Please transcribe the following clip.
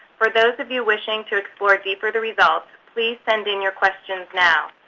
for those of you wishing to explore deeper the results, please send in your questions now.